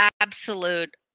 absolute